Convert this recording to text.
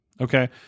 Okay